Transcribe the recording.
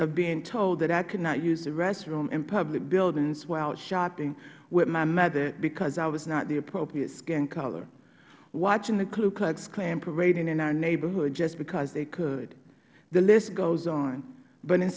of being told that i could not use the restroom in public buildings while out shopping with my mother because i was not the appropriate skin color watching the ku klux klan parading in our neighborhood just because they could the list goes on but in